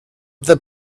the